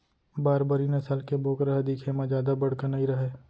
बारबरी नसल के बोकरा ह दिखे म जादा बड़का नइ रहय